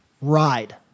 Ride